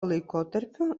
laikotarpiu